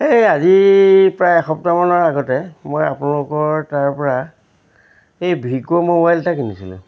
এই আজি প্ৰায় এসপ্তাহমানৰ আগতে মই আপোনালোকৰ তাৰ পৰা এই ভিগো মোবাইল এটা কিনিছিলোঁ